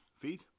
feet